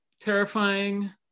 terrifying